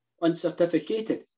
uncertificated